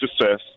success